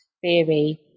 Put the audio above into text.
theory